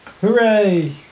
Hooray